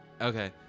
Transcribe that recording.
Okay